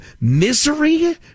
misery